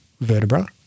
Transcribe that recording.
vertebra